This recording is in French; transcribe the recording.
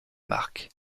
marque